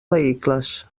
vehicles